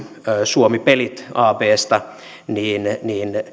suomi pelit absta niin